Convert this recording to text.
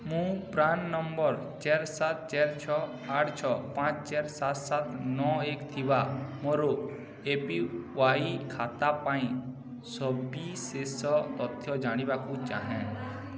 ମୁଁ PRAN number ଚାରି ସାତ ଚାରି ଛଅ ଆଠ ଛଅ ପାଞ୍ଚ ସାତ ସାତ ନଅ ଏକ ଥିବା ମୋର ଏ ପି ୱାଇ ଖାତା ପାଇଁ ସବିଶେଷ ତଥ୍ୟ ଜାଣିବାକୁ ଚାହେଁ